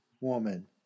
woman